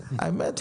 האמת,